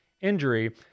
injury